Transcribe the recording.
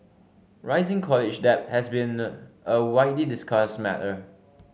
rising college debt has been a widely discussed matter